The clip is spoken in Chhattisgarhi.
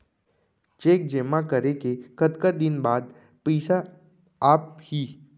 चेक जेमा करें के कतका दिन बाद पइसा आप ही?